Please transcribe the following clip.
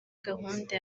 gahunda